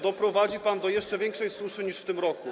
Doprowadzi pan do jeszcze większej suszy niż w tym roku.